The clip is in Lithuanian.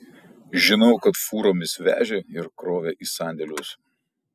žinau kad fūromis vežė ir krovė į sandėlius